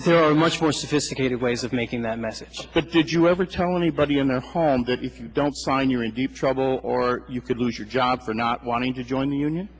there are much more sophisticated ways of making that message but did you ever tell anybody in their home that if you don't sign you're in deep trouble or you could lose your job for not wanting to join the union